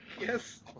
Yes